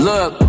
Look